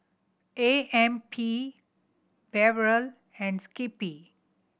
A M P Barrel and Skippy